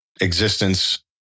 existence